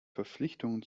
verpflichtungen